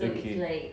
okay